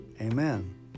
amen